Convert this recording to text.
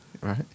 Right